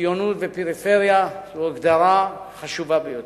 ציונות ופריפריה, היא הגדרה חשובה ביותר.